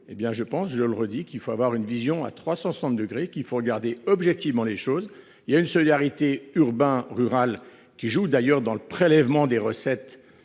hé bien je pense, je le redis qu'il faut avoir une vision à 360 degrés qu'il faut regarder objectivement les choses. Il y a une solidarité urbain rural qui joue d'ailleurs dans le prélèvement des recettes